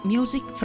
Music